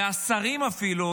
מהשרים אפילו,